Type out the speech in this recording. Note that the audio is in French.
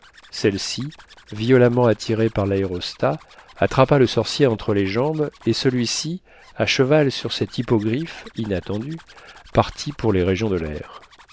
celle-ci violemment attirée par l'aérostat attrapa le sorcier entre les jambes et celui-ci à cheval sur cet hippogriffe inattendu partit pour les régions de l'air